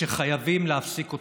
וחייבים להפסיק אותו.